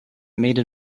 made